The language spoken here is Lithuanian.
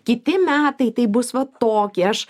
kiti metai tai bus va tokie aš